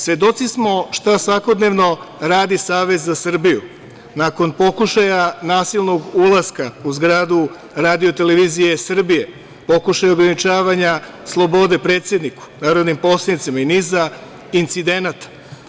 Svedoci smo šta svakodnevno radi Savez za Srbiju, nakon pokušaja nasilnog ulaska u zgradu Radio-televizije Srbije, pokušaja ograničavanja slobode predsedniku, narodnim poslanicima i niza incidenata.